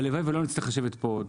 והלוואי ולא נצטרך לשבת פה עוד.